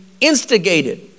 instigated